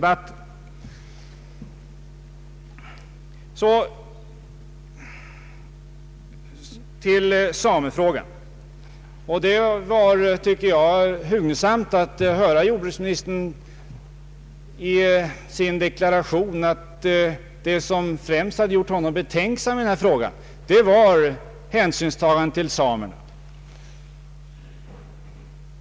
Så till samefrågan! Det var angenämt att höra jordbruksministern säga att det som främst gjorde honom betänksam i denna fråga var hänsynen till samerna.